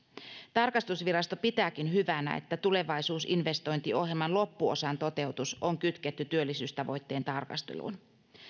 tarkastusvirasto pitääkin hyvänä että tulevaisuusinvestointiohjelman loppuosan toteutus on kytketty työllisyystavoitteen tarkasteluun